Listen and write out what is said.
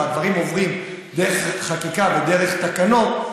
והדברים עוברים דרך חקיקה ודרך תקנות,